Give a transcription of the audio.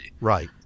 Right